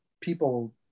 people